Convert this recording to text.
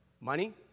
Money